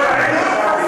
א.